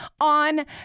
on